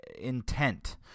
intent